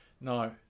No